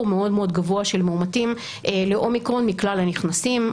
מאוד מאוד גבוה של מאומתים לאומיקרון מכלל הנכנסים.